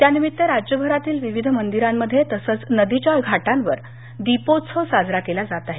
त्यानिमित्त राज्यभरातील विविध मंदिरांमध्ये तसंच नदीच्या घाटांवर दीपोत्सव साजरा केला जात आहे